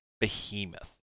behemoth